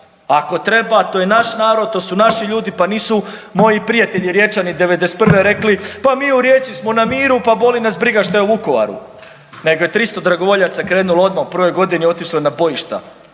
ako treba to je naš narod, to su naši ljudi. Pa nisu moji prijatelji Riječani 91. rekli pa mi u Rijeci smo na miru, pa boli nas briga što je u Vukovaru, nego je 300 dragovoljaca krenulo odmah u prvoj godini otišlo je na bojišta